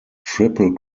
triple